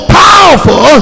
powerful